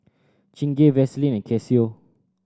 Chingay Vaseline and Casio